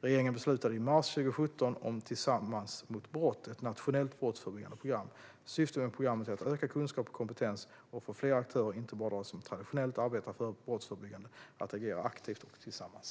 Regeringen beslutade i mars 2017 om Tillsammans mot brott - ett nationellt brottsförebyggande program. Syftet med programmet är öka kunskap och kompetens och få fler aktörer, inte bara de som traditionellt arbetar brottsförebyggande, att agera aktivt och tillsammans.